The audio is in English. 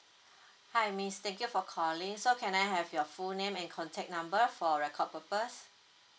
hi miss thank you for calling so can I have your full name and contact number for record purpose